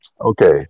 Okay